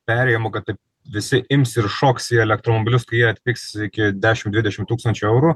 perėjimo kad taip visi ims ir šoks į elektromobilius kai jie atpigs iki dešim dvidešim tūkstančių eurų